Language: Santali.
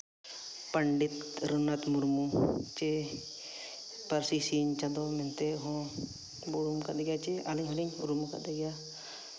ᱯᱚᱱᱰᱤᱛ ᱨᱟᱹᱜᱷᱩᱱᱟᱛᱷ ᱢᱩᱨᱢᱩ ᱪᱮ ᱯᱟᱹᱨᱥᱤ ᱥᱤᱧ ᱪᱟᱸᱫᱳ ᱢᱮᱱ ᱛᱮ ᱦᱚᱸ ᱵᱚᱱ ᱩᱨᱩᱢ ᱠᱟᱫᱮ ᱜᱮᱭᱟ ᱡᱮ ᱟᱹᱞᱤᱧ ᱦᱚᱸᱞᱤᱧ ᱩᱨᱩᱢ ᱠᱟᱫᱮ ᱜᱮᱭᱟ